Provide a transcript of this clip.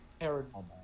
Paranormal